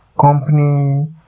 company